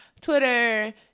Twitter